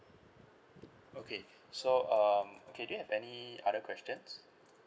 okay so um okay do you have any other questions